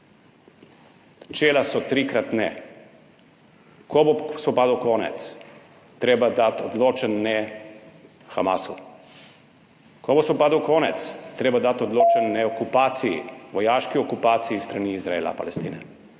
Načela so trikrat ne. Ko bo spopadov konec, je treba dati odločen ne Hamasu. Ko bo spopadov konec, je treba dati odločen ne okupaciji, vojaški okupaciji Palestine